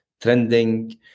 trending